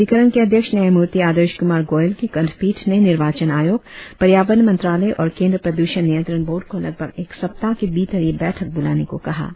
अधिकरण के अध्यक्ष न्यायमूर्ति आदर्श कुमार गोयल की खण्डपीठ ने निर्वाचन आयोग पर्यावरण मंत्रालय और केंद्र प्रदूषण नियंत्रण बोर्ड को लगभग एक सप्ताह के भीतर ये बैठक बुलाने को कहा है